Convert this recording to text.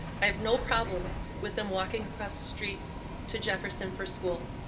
i have no problem with them walking across the street to jefferson for school.